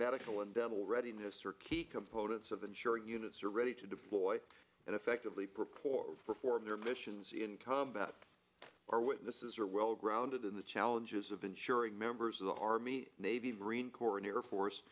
medical and dental readiness are key components of ensuring units are ready to deploy and effectively proport for for their missions in combat or witnesses are well grounded in the challenges of ensuring members of the army navy marine corps and air force